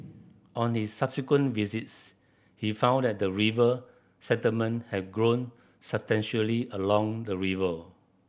on his subsequent visits he found that the river settlement had grown substantially along the river